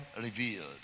revealed